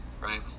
right